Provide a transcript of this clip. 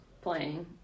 playing